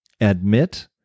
Admit